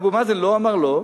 ואבו מאזן לא אמר "לא",